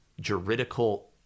juridical